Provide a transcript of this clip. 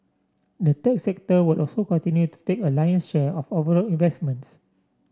the tech sector will also continue to take a lion share of overall investments